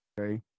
Okay